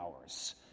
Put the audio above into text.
hours